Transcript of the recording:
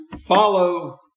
follow